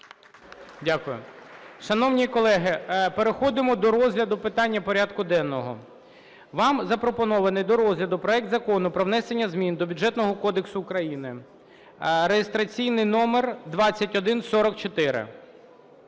Дякую. Шановні колеги, переходимо до розгляду питань порядку денного. Вам запропонований до розгляду проект Закону про внесення змін до Бюджетного кодексу України (реєстраційний номер 2144).